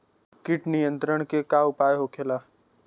कीट नियंत्रण के का उपाय होखेला?